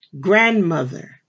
Grandmother